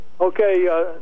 Okay